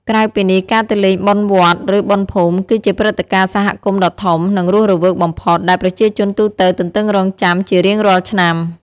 ក្រៅពីនេះ ការទៅលេង បុណ្យវត្ត ឬ បុណ្យភូមិ គឺជាព្រឹត្តិការណ៍សហគមន៍ដ៏ធំ និងរស់រវើកបំផុត ដែលប្រជាជនទូទៅទន្ទឹងរង់ចាំជារៀងរាល់ឆ្នាំ។